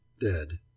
dead